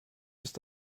ist